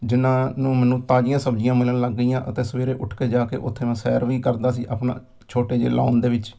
ਜਿਨ੍ਹਾਂ ਨੂੰ ਮੈਨੂੰ ਤਾਜ਼ੀਆਂ ਸਬਜ਼ੀਆਂ ਮਿਲਣ ਲੱਗ ਗਈਆਂ ਅਤੇ ਸਵੇਰੇ ਉੱਠ ਕੇ ਜਾ ਕੇ ਉੱਥੇ ਮੈਂ ਸੈਰ ਵੀ ਕਰਦਾ ਸੀ ਆਪਣਾ ਛੋਟੇ ਜਿਹੇ ਲੋਨ ਦੇ ਵਿੱਚ